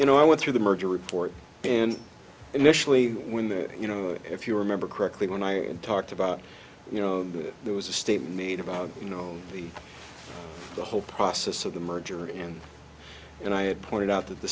you know i went through the merger report and initially when the you know if you remember correctly when i talked about you know there was a statement made about you know the the whole process of the merger and and i had pointed out that the